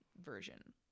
version